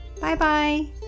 Bye-bye